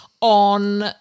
on